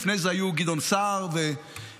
לפני זה היו גדעון סער ואלקין,